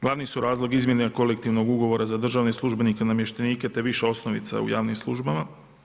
Glavni su razlog izmjene Kolektivnog ugovora za državne službenike i namještenike te viša osnovica u javnim službama.